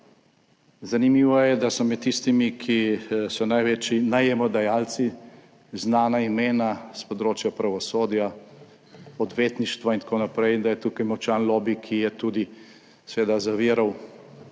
Zanimivo je, da so med tistimi, ki so največji najemodajalci, znana imena s področja pravosodja, odvetništva in tako naprej in da je tukaj močan lobi, ki je tudi seveda zaviral